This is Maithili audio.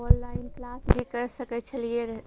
ऑनलाइन क्लास भी करि सकय छलियै रहय